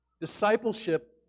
Discipleship